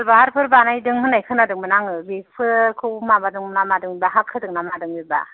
खालबाहारफोर बानायदों होननाय खोनादोंमोन आङो बेफोरखौ माबादों ना मादों बेबा हा खोदों ना मादों बेबा